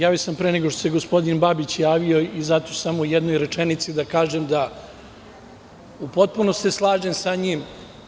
Javio sam se pre nego što se gospodin Babić javio i zato samo u jednoj rečenici da kažem da se u potpunosti slažem sa njim.